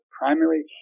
primary